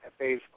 Facebook